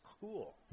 cool